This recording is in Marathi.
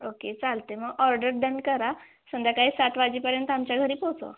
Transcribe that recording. ओके चालत आहे मग ऑर्डर डन करा संध्याकाळी सात वाजेपर्यंत आमच्या घरी पोचवा